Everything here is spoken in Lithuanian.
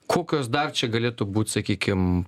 kokios dar čia galėtų būt sakykim